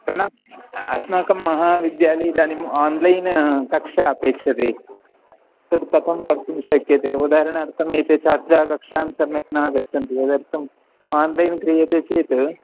प्रणाम् अस्माकं महाविद्यालये इदानीम् आन्लैन् कक्षा अपेक्षते तत् कथं कर्तुं शक्यते उदाहरणार्थम् एते छात्राः कक्षां सम्यक् न गच्छन्ति तदर्थम् आन्लैन् क्रियते चेत्